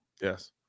Yes